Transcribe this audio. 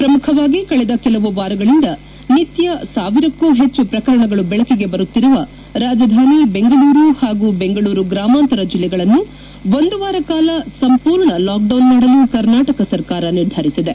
ಪ್ರಮುಖವಾಗಿ ಕಳೆದ ಕೆಲವು ವಾರಗಳಿಂದ ನಿತ್ಯ ಸಾವಿರಕ್ಕೂ ಹೆಚ್ಚು ಪ್ರಕರಣಗಳು ಬೆಳಕಿಗೆ ಬರುತ್ತಿರುವ ರಾಜಧಾನಿ ಬೆಂಗಳೂರು ಹಾಗೂ ಬೆಂಗಳೂರು ಗ್ರಾಮಾಂತರ ಜಿಲ್ಲೆಗಳನ್ನು ಒಂದು ವಾರ ಕಾಲ ಸಂಪೂರ್ಣ ಲಾಕ್ಡೌನ್ ಮಾಡಲು ಕರ್ನಾಟಕ ಸರಕಾರ ನಿರ್ಧರಿಸಿದೆ